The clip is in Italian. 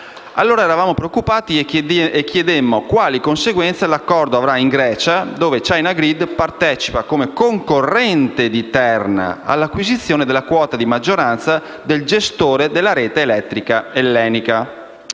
Allora eravamo preoccupati e chiedemmo quali conseguenze l'accordo avrebbe avuto in Grecia, dove China Grid partecipa come concorrente di Terna all'acquisizione della quota di maggioranza del gestore della rete elettrica ellenica,